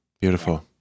beautiful